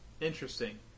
Interesting